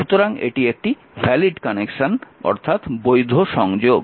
সুতরাং এটি একটি বৈধ সংযোগ